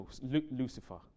Lucifer